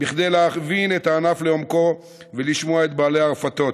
כדי להבין את הענף לעומקו ולשמוע את בעלי הרפתות,